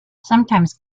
sometimes